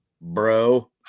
bro